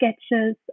sketches